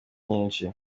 nyinshi